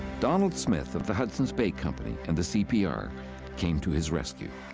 donald smith of the hudson's bay company and the cpr came to his rescue.